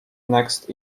next